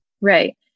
right